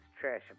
Trash